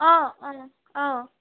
অঁ অঁ অঁ